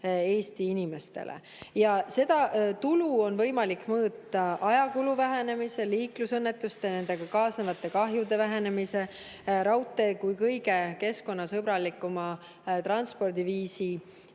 Eesti inimestele. Seda tulu on võimalik mõõta ajakulu vähenemisega, liiklusõnnetuste [arvu] ja nendega kaasnevate kahjude vähenemisega ning raudtee kui kõige keskkonnasõbralikuma transpordiviisi